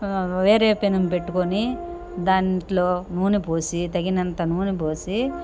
వే వేరే పెనం పెట్టుకొని దాంట్లో నూనెపోసి తగినంత నూనెబోసి